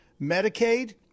Medicaid